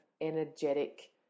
energetic